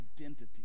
identity